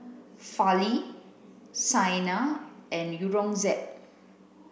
Fali Saina and Aurangzeb